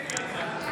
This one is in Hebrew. אני.